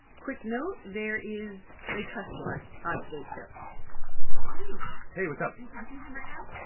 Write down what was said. quick note there is a cuss word on today's show hey hey. what's up? are you talking to him right now?